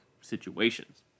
situations